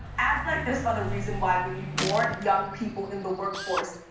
ads like this are the reason why we need more young people in the workforce.